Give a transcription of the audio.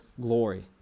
glory